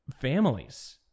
families